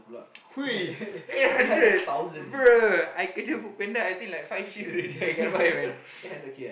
eight hundred bruh I drive FoodPanda I think like five shift already I can buy already